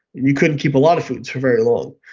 you couldn't keep a lot of foods for very long.